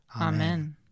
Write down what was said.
Amen